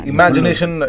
Imagination